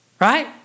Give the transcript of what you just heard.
right